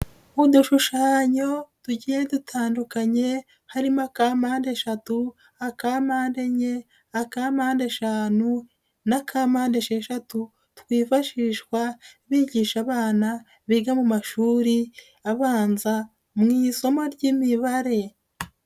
Udushushanyo tugiye dutandukanye harimo aka mpande eshatu, aka mpande enye, aka mpande eshanu n'aka mpande esheshatu twifashishwa bigisha abana biga mu mashuri abanza mu isomo ry'Imibare.